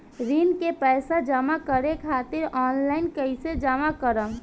ऋण के पैसा जमा करें खातिर ऑनलाइन कइसे जमा करम?